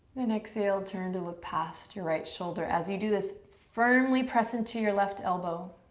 then exhale, turn to look past your right shoulder. as you do this, firmly press into your left elbow.